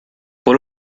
por